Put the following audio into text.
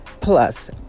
Plus